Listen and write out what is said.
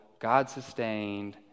God-sustained